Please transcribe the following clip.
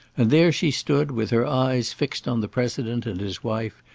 and there she stood, with her eyes fixed on the president and his wife,